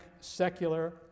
secular